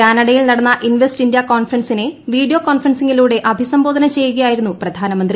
കാനഡയിൽ നടന്ന invest India കോൺഫറൻസിനെ വീഡിയോ കോൺഫറൻസിംഗിലൂടെ അഭിസംബോധന ചെയ്യുകയായിരുന്നു പ്രധാനമന്ത്രി